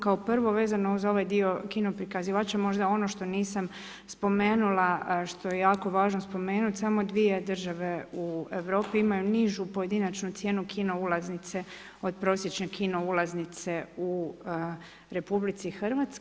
Kao prvo, vezano uz ovaj dio kinoprikazivača možda ono što nisam spomenula, što je jako važno spomenuti, samo dvije države u Europi imaju nižu pojedinačnu cijenu kino ulaznice od prosječne kino ulaznice u RH.